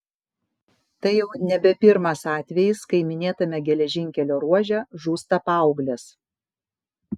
tai jau nebe pirmas atvejis kai minėtame geležinkelio ruože žūsta paauglės